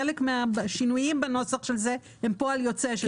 חלק מהשינויים בנוסח של זה הם פועל יוצא של הדיבור הזה.